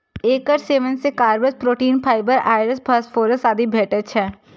एकर सेवन सं carbs, protein, fibre, आयरस, फास्फोरस आदि भेटै छै